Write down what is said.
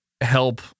help